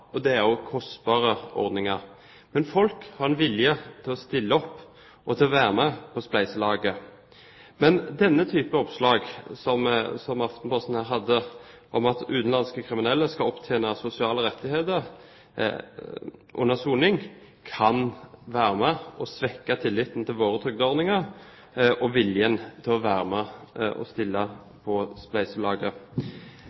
Det er også kostbare ordninger. Folk har en vilje til å stille opp og være med på spleiselaget. Men denne type oppslag som Aftenposten her hadde, om at utenlandske kriminelle skal opptjene sosiale rettigheter under soning, kan være med på å svekke tilliten til våre trygdeordninger og viljen til å være med og stille